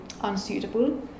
unsuitable